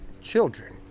Children